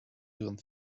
ihren